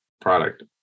product